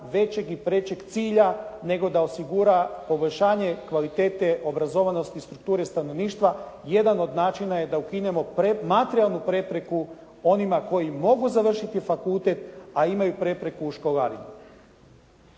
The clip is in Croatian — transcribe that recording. većeg i prećeg cilja nego da osigura poboljšanje kvalitete obrazovanosti strukture stanovništva. Jedan od načina je da ukinemo materijalnu prepreku onima koji mogu završiti fakultet, a imaju prepreku u školarini.